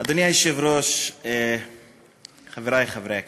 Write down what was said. אדוני היושב-ראש, חברי חברי הכנסת,